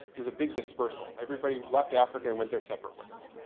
there's a big dispersal. everybody left africa and went their separate ways.